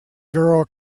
girl